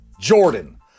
Jordan